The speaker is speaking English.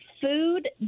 food